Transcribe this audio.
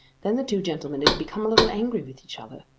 then the two gentlemen had become a little angry with each other.